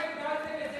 למה הגדלתם את זה